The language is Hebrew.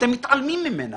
אתם מתעלמים ממנה.